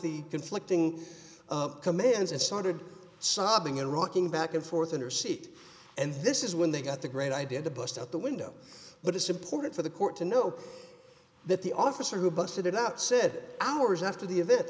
the conflicting of commands and start sobbing and rocking back and forth in her seat and this is when they got the great idea to bust out the window but it's important for the court to know that the officer who busted it out said hours after the